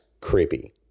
creepy